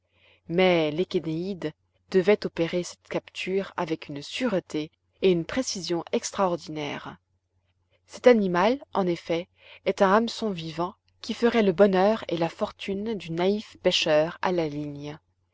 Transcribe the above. mais l'échénéïde devait opérer cette capture avec une sûreté et une précision extraordinaires cet animal en effet est un hameçon vivant qui ferait le bonheur et la fortune du naïf pêcheur a la ligne